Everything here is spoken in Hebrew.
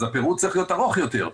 אז הפירוט צריך להיות ארוך יותר,